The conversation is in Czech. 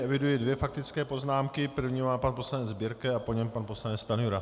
Eviduji dvě faktické poznámky, první má pan poslanec Birke a po něm pan poslanec Stanjura.